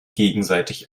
gegenseitig